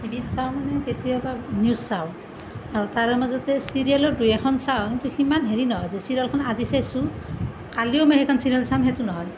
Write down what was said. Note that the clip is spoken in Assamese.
টিভি চাওঁ মানে কেতিয়াবা নিউজ চাওঁ আৰু তাৰে মাজতে চিৰিয়েলো দুই এখন চাওঁ সিমান হেৰি নহয় যে চিৰিয়েলখন আজি চাইছোঁ কালিও মই সেইখন চিৰিয়েল চাম সেইটো নহয়